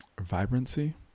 vibrancy